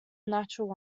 natural